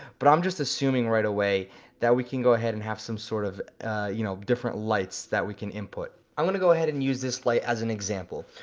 but i'm just assuming right away that we can go ahead and have some sort of you know different lights that we can input. i wanna go ahead and use this light as an example.